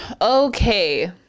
okay